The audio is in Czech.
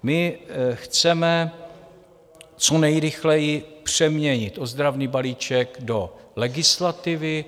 My chceme co nejrychleji přeměnit ozdravný balíček do legislativy.